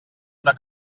una